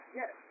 yes